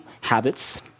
habits